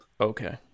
Okay